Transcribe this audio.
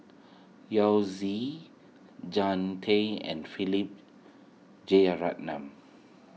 Yao Zi Jean Tay and Philip Jeyaretnam